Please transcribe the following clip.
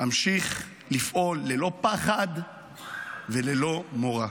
אמשיך לפעול ללא פחד וללא מורא.